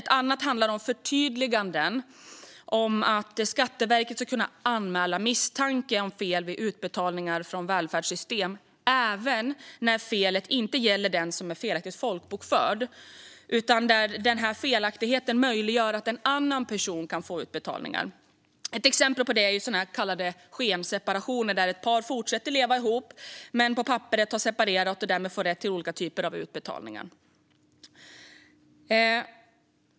Ett annat handlar om förtydliganden om att Skatteverket ska kunna anmäla misstanke om fel vid utbetalningar från välfärdssystem även när felet inte gäller den som är felaktigt folkbokförd men där felaktigheten möjliggör för en annan att få utbetalningar. Ett exempel på det är så kallade skenseparationer, där ett par fortsätter leva ihop men på papperet har separerat och därmed får rätt till olika typer av utbetalningar.